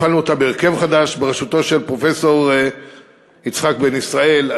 הפעלנו אותה בהרכב חדש בראשותו של פרופסור יצחק בן-ישראל,